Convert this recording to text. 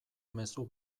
mezu